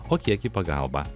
o kiek į pagalbą